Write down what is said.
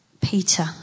Peter